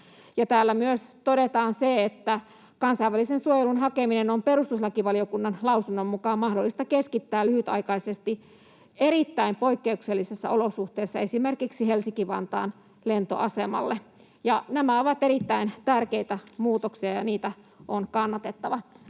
Täällä myös todetaan, että ”kansainvälisen suojelun hakeminen on perustuslakivaliokunnan lausunnon mukaan mahdollista keskittää lyhytaikaisesti erittäin poikkeuksellisissa olosuhteissa esimerkiksi Helsinki-Vantaan lentoasemalle”. Nämä ovat erittäin tärkeitä muutoksia, ja niitä on kannatettava.